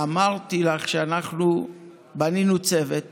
אמרתי לך שאנחנו בנינו צוות